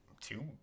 two